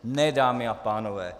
Ne, dámy a pánové.